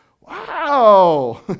Wow